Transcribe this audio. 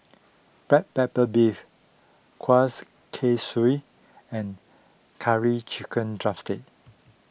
Black Pepper Beef Kuih Kaswi and Curry Chicken Drumstick